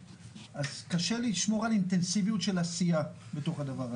קשה לשמור על אינטנסיביות של עשייה בתוך הדבר הזה.